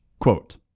Quote